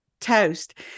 toast